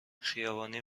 خیابانی